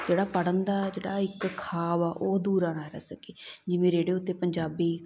ਜਿਹੜਾ ਪੜ੍ਹਨ ਦਾ ਜਿਹੜਾ ਇੱਕ ਖਾਬ ਆ ਉਹ ਅਧੂਰਾ ਨਾ ਰਹਿ ਸਕੇ ਜਿਵੇਂ ਰੇਡੀਓ ਉੱਤੇ ਪੰਜਾਬੀ